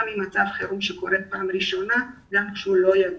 עם מצב חירום שקורה בפעם הראשונה וגם כשהוא לא ידוע.